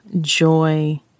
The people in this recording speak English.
joy